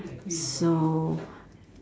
so